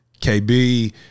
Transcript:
KB